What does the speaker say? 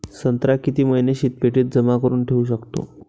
संत्रा किती महिने शीतपेटीत जमा करुन ठेऊ शकतो?